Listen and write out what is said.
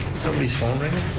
somebody's phone ringing?